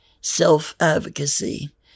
self-advocacy